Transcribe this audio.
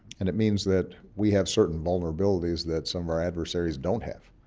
and it means that we have certain vulnerabilities that some of our adversaries don't have.